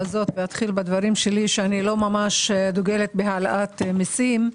לפתוח בכך, שאני לא ממש דוגלת בהעלאת מיסים.